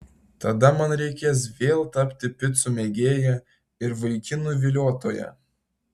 tada man reikės vėl tapti picų mėgėja ir vaikinų viliotoja